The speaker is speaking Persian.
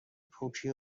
پوکی